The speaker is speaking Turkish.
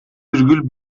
virgül